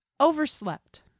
Overslept